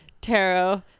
tarot